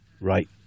right